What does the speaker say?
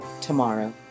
tomorrow